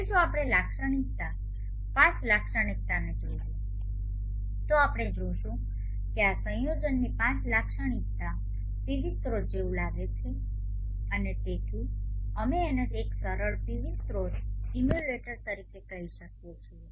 હવે જો આપણે લાક્ષણિકતા IV લાક્ષણિકતાને જોઈએ તો આપણે જોશું કે આ સંયોજનની IV લાક્ષણિકતા પીવી સ્રોત જેવું લાગે છે અને તેથી અમે તેને એક સરળ પીવી સ્રોત ઇમ્યુલેટર તરીકે કહી શકીએ છીએ